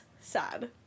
sad